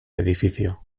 edificio